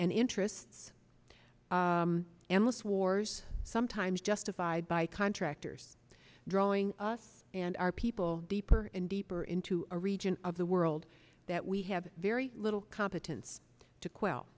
interests and most wars sometimes justified by contractors drawing us and our people deeper and deeper into a region of the world that we have very little competence to quell